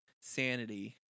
sanity